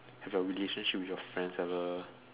have your relationship with your friends ever